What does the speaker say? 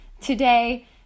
today